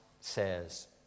says